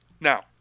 Now